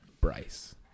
Bryce